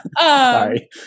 Sorry